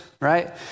right